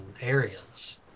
areas